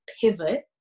pivot